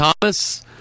Thomas